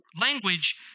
language